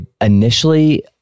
initially –